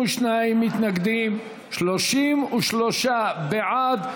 52 מתנגדים, 33 בעד.